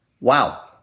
Wow